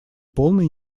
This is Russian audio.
полной